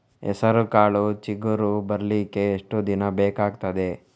ಹೆಸರುಕಾಳು ಚಿಗುರು ಬರ್ಲಿಕ್ಕೆ ಎಷ್ಟು ದಿನ ಬೇಕಗ್ತಾದೆ?